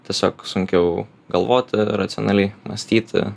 tiesiog sunkiau galvoti racionaliai mąstyti